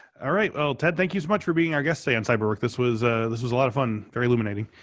ah right. well, ted, thank you so much for being our guest today on cyber work. this was ah this was a lot of fun, very illuminating.